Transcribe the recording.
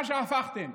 מה שהפכתם,